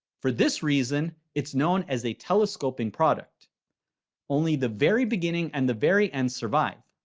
for this reason it's known as a telescoping product only the very beginning and the very end survived.